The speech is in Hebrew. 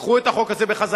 תיקחו את החוק הזה חזרה,